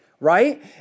right